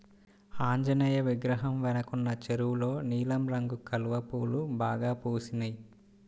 ఆంజనేయ విగ్రహం వెనకున్న చెరువులో నీలం రంగు కలువ పూలు బాగా పూసినియ్